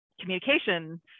communication